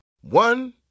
One